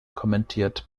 kommentiert